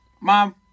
mom